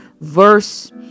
verse